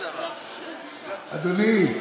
אדוני,